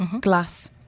glass